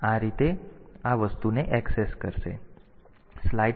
તેથી આ આ વસ્તુને ઍક્સેસ કરશે